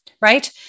right